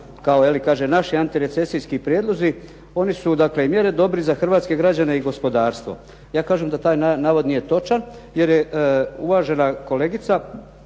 da kao antirecesijski prijedlozi. Oni su dakle mjere dobri za hrvatske građane i gospodarstvo. Ja kažem da taj navod nije točan, jer je uvažena kolegica,